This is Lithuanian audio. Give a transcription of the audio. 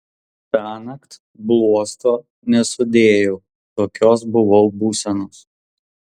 tąnakt bluosto nesudėjau tokios buvau būsenos